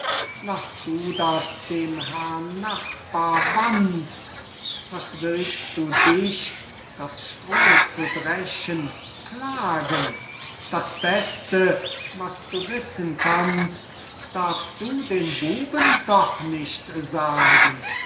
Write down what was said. laß du das dem herrn nachbar wanst was willst du dich das stroh zu dreschen plagen das beste was du wissen kannst darfst du den buben doch nicht sagen